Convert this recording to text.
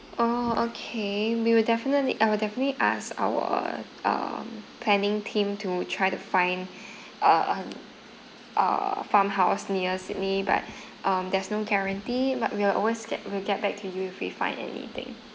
orh okay we will definitely I will definitely ask our um planning team to try to find uh on uh farmhouse near sydney but um there's no guarantee but we will always get we'll get back to you if we find anything